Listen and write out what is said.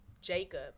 Jacob